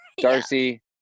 darcy